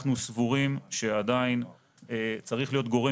אנחנו סבורים שעדיין צריך להיות גורם